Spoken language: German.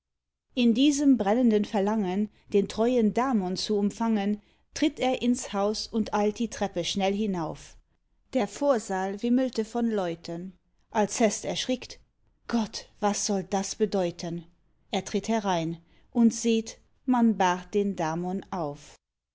in diesem brennenden verlangen den treuen damon zu umfangen tritt er ins haus und eilt die treppe schnell hinauf der vorsaal wimmelte von leuten alcest erschrickt gott was soll das bedeuten er tritt herein und seht man bahrt den damon auf